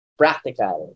practical